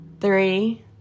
three